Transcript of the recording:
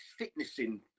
fitnessing